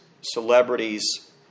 celebrities